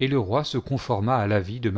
et le roi se conforma à l'avis de